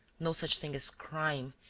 no such thing as crime,